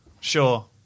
sure